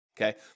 okay